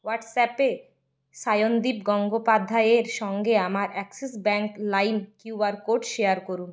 হোয়াটসঅ্যাপে শায়নদীপ গঙ্গোপাধ্যায়ের সঙ্গে আমার Axis bank lime QR code share করুন